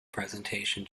presentation